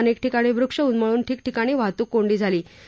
अनेक ठिकाणी वृक्ष उन्मळून ठिकठिकाणी वाहतूक कोंडी झाली होती